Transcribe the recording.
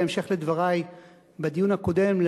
בהמשך לדברי בדיון הקודם,